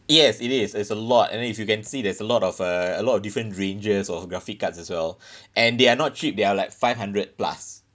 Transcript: yes it is it's a lot and then if you can see there's a lot of uh a lot of different ranges of graphic cards as well and they're not cheap they're like five hundred plus